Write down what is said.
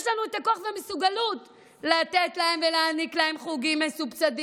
יש לנו את הכוח והמסוגלות לתת להם ולהעניק להם חוגים מסובסדים.